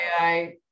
AI